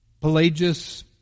Pelagius